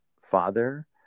father